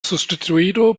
sustituido